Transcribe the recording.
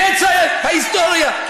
קץ ההיסטוריה.